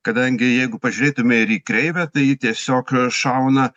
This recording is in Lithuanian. kadangi jeigu pažiūrėtume ir į kreivę tai ji tiesiog šauna